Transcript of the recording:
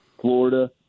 Florida